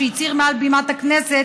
שהצהיר מעל בימת הכנסת